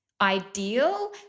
ideal